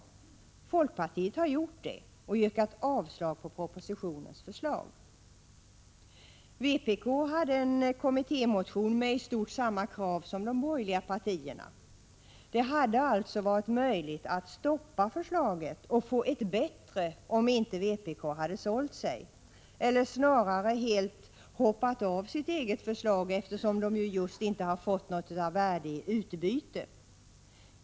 Folkpartiet har gjort det och yrkat avslag på propositionens förslag. Vpk hade väckt en kommittémotion med i stort samma krav som de Prot. 1985/86:162 borgerliga partierna. Det hade alltså varit möjligt att stoppa förslaget och få 4 juni 1986 ett bättre om inte vpk hade sålt sig, eller snarare helt hoppat av från sitt eget förslag, eftersom vpk just inte fått något av värde i utbyte.